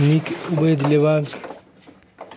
नीक उपज लेवाक लेल कबसअ कब तक बौग करबाक चाही?